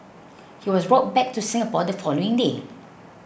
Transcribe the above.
he was brought back to Singapore the following day